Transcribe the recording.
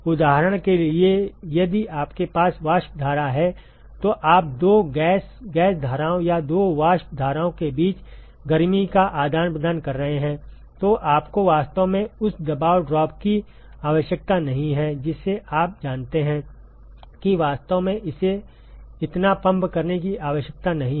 उदाहरण के लिए यदि आपके पास वाष्प धारा है तो आप दो गैस गैस धाराओं या दो वाष्प धाराओं के बीच गर्मी का आदान प्रदान कर रहे हैं तो आपको वास्तव में उस दबाव ड्रॉप की आवश्यकता नहीं है जिसे आप जानते हैं कि वास्तव में इसे इतना पंप करने की आवश्यकता नहीं है